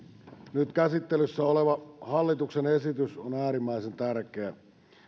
nyt käsittelyssä oleva hallituksen esitys on äärimmäisen tärkeä